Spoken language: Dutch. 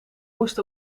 moest